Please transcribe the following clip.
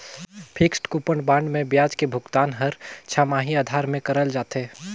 fixed coupon bond मे बियाज के भुगतान हर छमाही आधार में करल जाथे